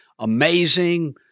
Amazing